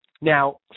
now